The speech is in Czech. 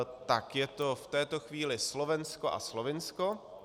Tak je to v této chvíli Slovensko a Slovinsko.